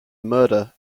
murder